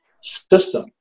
system